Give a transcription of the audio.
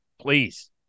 please